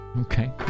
okay